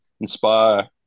inspire